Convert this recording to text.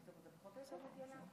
לאחר השמדתם השיטתית של ששת המיליונים,